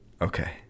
Okay